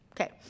Okay